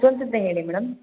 ಸ್ವಂತದ್ದೇ ಹೇಳಿ ಮೇಡಮ್